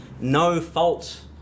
no-fault